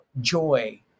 joy